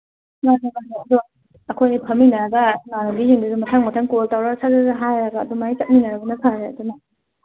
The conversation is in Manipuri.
ꯃꯥꯟꯅꯦ ꯃꯥꯟꯅꯦ ꯑꯗꯣ ꯑꯩꯈꯣꯏ ꯑꯅꯤ ꯐꯝꯃꯤꯟꯅꯔꯒ ꯏꯃꯥꯟꯅꯕꯤꯁꯤꯡꯗꯨꯁꯨ ꯃꯊꯪ ꯃꯊꯪ ꯀꯣꯜ ꯇꯧꯔ ꯁꯠ ꯁꯠ ꯍꯥꯏꯔꯒ ꯑꯗꯨꯃꯥꯏꯅ ꯆꯠꯃꯤꯟꯅꯕꯅ ꯐꯔꯦ ꯑꯗꯨꯅ